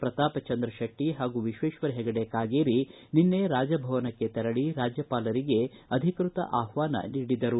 ಪ್ರತಾಪಚಂದ್ರ ಶೆಟ್ಟಿ ಹಾಗೂ ವಿಶ್ವೇಶ್ವರ ಹೆಗಡೆ ಕಾಗೇರಿ ನಿನ್ನೆ ರಾಜಭವನಕ್ಕೆ ತೆರಳಿ ರಾಜ್ಯಪಾಲರಿಗೆ ಅಧಿಕೃತ ಆಹ್ವಾನ ನೀಡಿದರು